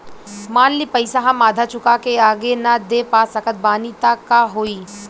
मान ली पईसा हम आधा चुका के आगे न दे पा सकत बानी त का होई?